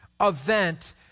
event